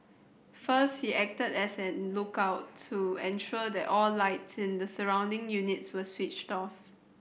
first he acted as a lookout to ensure that all lights in the surrounding units were switched off